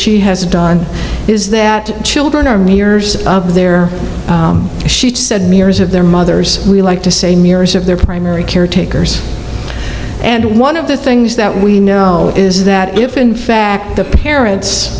she has done is that children are mirrors of their she said mirrors of their mothers we like to say mirrors of their primary care takers and one of the things that we know is that if in fact the parents